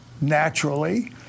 naturally